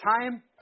time